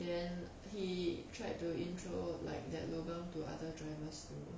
then he tried to intro like that lobang to other drivers too